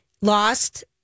lost